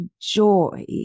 joy